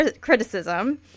criticism